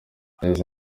yagize